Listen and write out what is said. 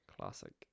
Classic